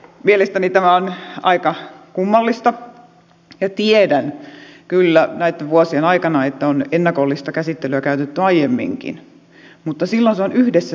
mielestäni tämä on aika kummallista ja tiedän kyllä että näitten vuosien aikana on ennakollista käsittelyä käytetty aiemminkin mutta silloin se on yhdessä sovittu